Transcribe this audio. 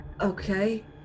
Okay